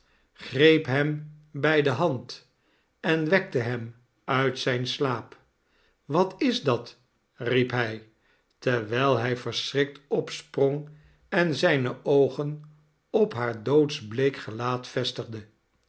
greep hem bij de hand en wekte hem uit zijn slaap wat is dat riep hij terwijl hij verschrikt opsprong en zijne oogen op haar doodsbleek gelaat vestigde